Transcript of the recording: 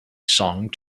song